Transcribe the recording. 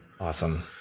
Awesome